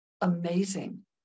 amazing